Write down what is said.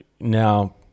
now